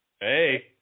Hey